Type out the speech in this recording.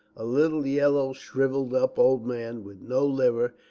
a little, yellow, shrivelled up old man with no liver,